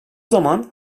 zaman